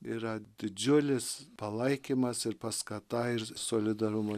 yra didžiulis palaikymas ir paskata ir solidarumo